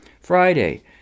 Friday